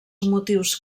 motius